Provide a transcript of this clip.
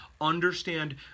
understand